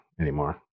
anymore